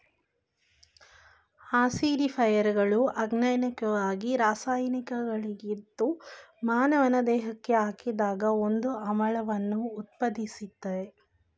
ಆಸಿಡಿಫೈಯರ್ಗಳು ಅಜೈವಿಕ ರಾಸಾಯನಿಕಗಳಾಗಿದ್ದು ಮಾನವನ ದೇಹಕ್ಕೆ ಹಾಕಿದಾಗ ಒಂದು ಆಮ್ಲವನ್ನು ಉತ್ಪಾದಿಸ್ತದೆ